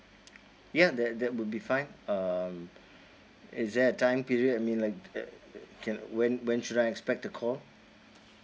ya that that would be fine um is there a time period I mean like uh uh when when should I expect the call